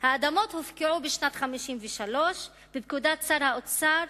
האדמות הופקעו בשנת 1953 בפקודת שר האוצר,